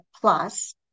plus